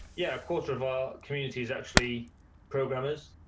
yeah, our quarter of our community is actually programmers.